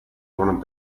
gonna